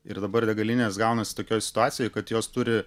ir dabar degalinės gaunasi tokioj situacijoj kad jos turi